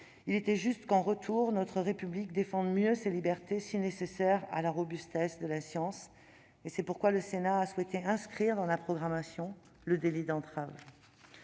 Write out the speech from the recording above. Il était juste que, en retour, notre République défende mieux ces libertés si nécessaires à la robustesse de la science ; c'est pourquoi le Sénat a souhaité inscrire dans la programmation le délit d'entrave.